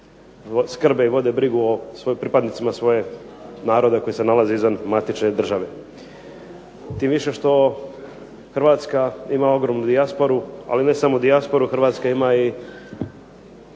Hrvatska ima ogromnu dijasporu, ali ne samo dijasporu, Hrvatska ima i